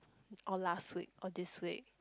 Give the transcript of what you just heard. or last week or this week